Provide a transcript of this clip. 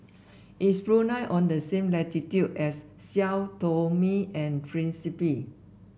is Brunei on the same latitude as Sao Tome and Principe